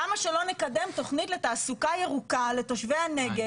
למה שלא נקדם תוכנית לתעסוקה ירוקה לתושבי הנגב,